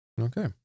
Okay